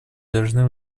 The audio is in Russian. должны